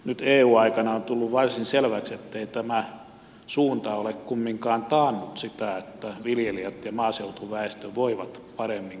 nyt eu aikana on tullut varsin selväksi ettei tämä suunta ole kumminkaan taannut sitä että viljelijät ja maaseutuväestö voivat paremmin kun tiloja on suurennettu